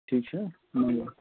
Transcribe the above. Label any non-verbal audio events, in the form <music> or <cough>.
ٹھیٖک چھا <unintelligible>